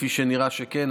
כפי שנראה שכן,